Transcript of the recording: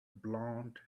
blond